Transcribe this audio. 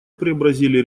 преобразили